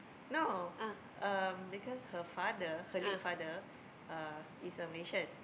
no um because her father her late father uh is a Malaysian